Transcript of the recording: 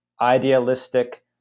idealistic